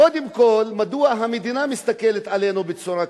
קודם כול, מדוע המדינה מסתכלת עלינו בצורה כזאת?